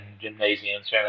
gymnasiums